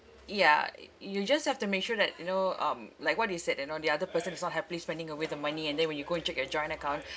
ya y~ you just have to make sure that you know um like what he said you know the other person is not happily spending away the money and then when you go and check your joint account